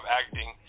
acting